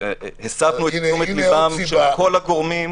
הסבנו את תשומת לבם של כל הגורמים,